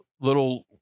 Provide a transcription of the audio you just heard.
little